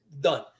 Done